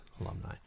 alumni